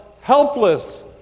helpless